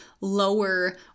lower